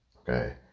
Okay